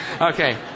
Okay